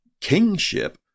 kingship